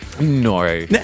No